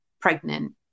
pregnant